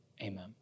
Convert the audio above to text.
Amen